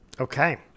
Okay